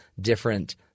different